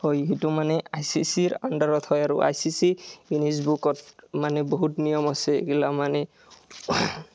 হয় সেইটো মানে আই চি চি ৰ আন্দাৰত হয় আৰু আই চি চি গীনিজ বুকত মানে বহুত নিয়ম আছে এইগিলা মানে